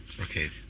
Okay